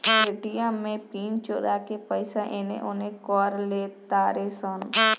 ATM में PIN चोरा के पईसा एने ओने कर लेतारे सन